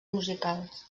musicals